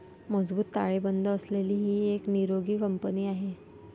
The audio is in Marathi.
मजबूत ताळेबंद असलेली ही एक निरोगी कंपनी आहे